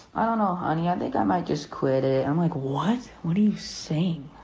i don't know, honey, i think i might just quit it. i'm like, what, what are you saying?